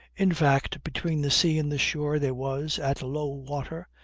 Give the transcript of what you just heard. in fact, between the sea and the shore there was, at low water,